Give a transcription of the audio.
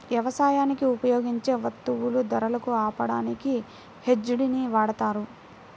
యవసాయానికి ఉపయోగించే వత్తువుల ధరలను ఆపడానికి హెడ్జ్ ని వాడతారు